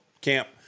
camp